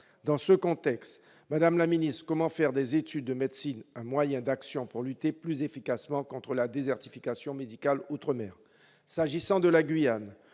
Dans ce contexte, madame la ministre, comment faire des études de médecine un moyen d'action pour lutter plus efficacement contre la désertification médicale outre-mer ? S'agissant de la Guyane,